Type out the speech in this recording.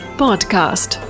podcast